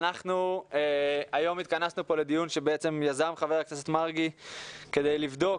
אנחנו היום התכנסנו לדיון שבעצם יזם ח"כ מרגי כדי לבדוק